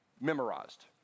memorized